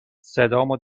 صدامو